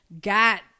got